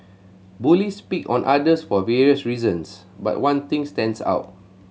bullies pick on others for various reasons but one things stands out